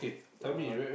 yeah